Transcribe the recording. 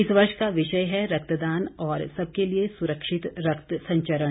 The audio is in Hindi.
इस वर्ष का विषय है रक्त दान और सबके लिए सुरक्षित रक्त संचरण